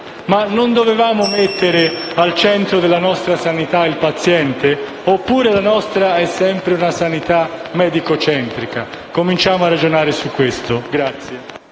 Non dovevamo forse mettere al centro della nostra sanità il paziente, oppure la nostra è sempre una sanità medico-centrica? Cominciamo a ragionare su questo.